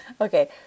Okay